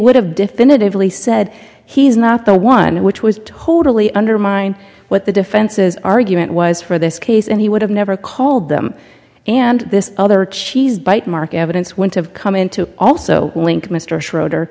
would have definitively said he's not the one which was totally undermine what the defense's argument was for this case and he would have never called them and this other cheese bite mark evidence went to come in to also link mr schroeder